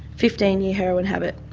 fifteen-year heroin habit,